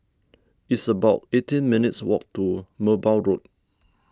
it's about eighteen minutes' walk to Merbau Road